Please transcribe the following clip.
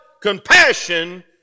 Compassion